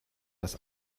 dass